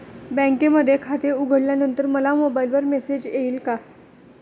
बँकेमध्ये खाते उघडल्यानंतर मला मोबाईलवर मेसेज येईल का?